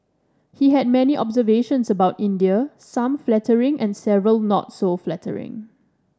he had many observations about India some flattering and several not so flattering